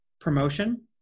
promotion